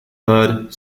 third